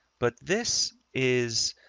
but this is